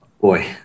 boy